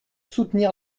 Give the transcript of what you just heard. soutenir